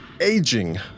aging